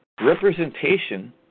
representation